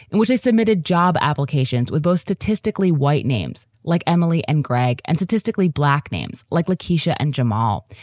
and which is the admitted job applications with both statistically white names like emily and greg. and statistically, black names like lakisha and jamal.